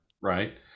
right